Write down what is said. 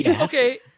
Okay